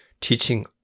teaching